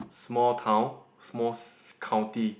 small town small s~ county